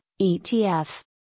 ETF